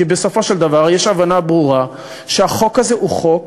כי בסופו של דבר יש הבנה ברורה שהחוק הזה הוא חוק,